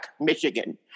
Michigan